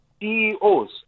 CEOs